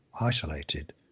isolated